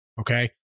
Okay